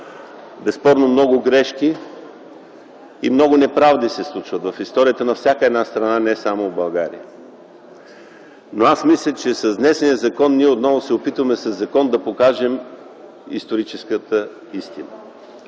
Безспорно много грешки и много неправди се случват в историята на всяка една страна, не само в България, но аз мисля, че с днешния законопроект отново се опитваме със закон да покажем историческата истина.